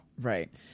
Right